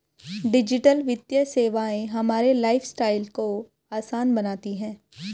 digital वित्तीय सेवाएं हमारे लाइफस्टाइल को आसान बनाती हैं